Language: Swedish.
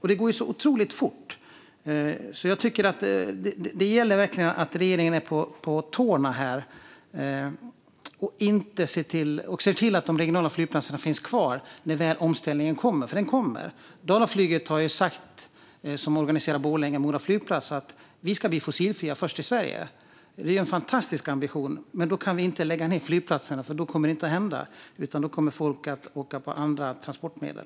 Det går otroligt fort, så det gäller att regeringen verkligen är på tårna här och ser till att de regionala flygplatserna finns kvar när omställningen väl kommer. För den kommer. Dalaflyget, som organiserar Borlänges och Moras flygplatser, har sagt att de ska bli först med att bli fossilfria i Sverige. Det är en fantastisk ambition, men då kan vi inte lägga ned flygplatser. Då kommer det inte att hända, utan då kommer folk att åka med andra transportmedel.